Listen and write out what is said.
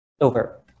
Over